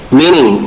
meaning